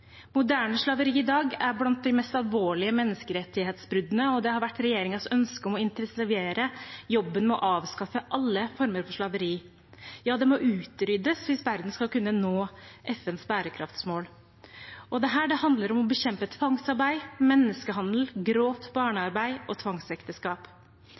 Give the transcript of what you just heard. Moderne slaveri i dag er blant de mest alvorlige menneskerettighetsbruddene, og det har vært regjeringens ønske å intensivere jobben med å avskaffe alle former for slaveri. Ja, det må utryddes hvis verden skal kunne nå FNs bærekraftsmål. Dette handler om å bekjempe tvangsarbeid, menneskehandel, grovt